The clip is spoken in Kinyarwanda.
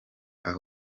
aha